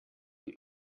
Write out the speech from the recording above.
die